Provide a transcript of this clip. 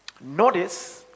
notice